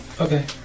Okay